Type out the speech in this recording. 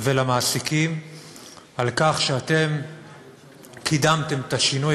ולמעסיקים על כך שאתם קידמתם את השינוי